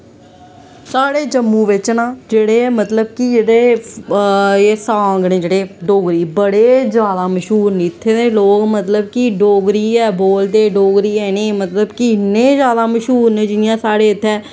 साढ़े जम्मू बिच्च न जेह्ड़े मतलब कि जेह्ड़े एह् सांग न जेह्ड़े डोगरी बड़े ज्यादा मश्हूर न इत्थें दे लोग मतलब कि डोगरी गै बोलदे डोगरी गै इ'नें मतलब कि इ'न्ने ज्यादा मश्हूर न जियां साढ़े इत्थें